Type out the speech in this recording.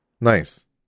Nice